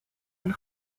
and